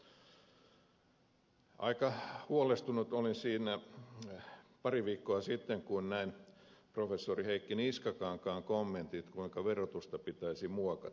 aika huolestunut olin pari viikkoa sitten kun näin professori heikki niskakankaan kommentit kuinka verotusta pitäisi muokata